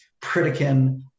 Pritikin